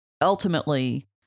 ultimately